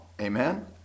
Amen